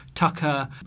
Tucker